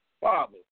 father